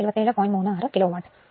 36 kilowatt അല്ലെ